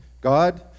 God